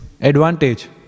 advantage